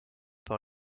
par